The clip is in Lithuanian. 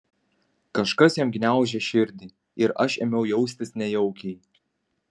kažkas jam gniaužė širdį ir aš ėmiau jaustis nejaukiai